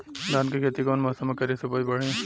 धान के खेती कौन मौसम में करे से उपज बढ़ी?